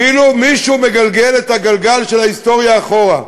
כאילו מישהו מגלגל את גלגל ההיסטוריה אחורה.